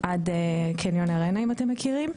עד קניון ארנה, אם אתם מכירים.